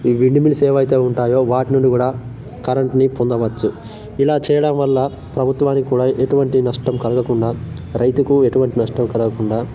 ఈ wind mills ఏవయితే ఉంటాయో వాటి నుండి కూడా కరంట్ని పొందవచ్చు ఇలా చేయడం వల్ల ప్రభుత్వానికి కూడా ఎటువంటి నష్టం కలగకుండా రైతుకు ఎటువంటి నష్టం కలగకుండా